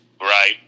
Right